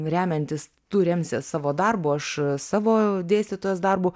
remiantis tu remsies savo darbu aš savo dėstytojos darbu